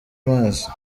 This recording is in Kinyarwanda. mazi